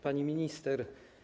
Pani Minister!